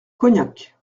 cognac